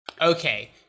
Okay